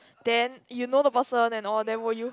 then you know the person and all then will you